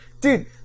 Dude